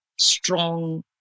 strong